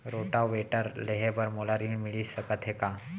Rotavator लेहे बर मोला ऋण मिलिस सकत हे का?